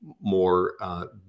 more